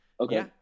Okay